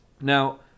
Now